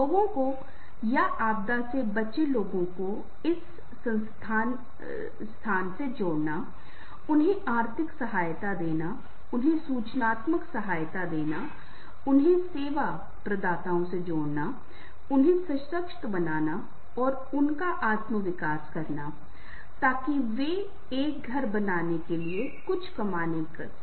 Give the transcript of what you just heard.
लोगों को या आपदा से बचे लोगों को इस संसाधन स्थान से जोड़ना उन्हें आर्थिक सहायता देना उन्हें सूचनात्मक सहायता देना उन्हें सेवा प्रदाताओं से जोड़ना उन्हें सशक्त बनाना और उनका आत्म विकास करना ताकि वे एक घर बनाने के लिए कुछ कमाने के लिए कर सकते हैं